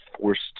Forced